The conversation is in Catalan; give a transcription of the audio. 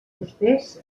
fusters